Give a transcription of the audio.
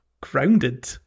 grounded